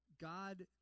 God